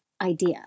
idea